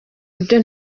buryo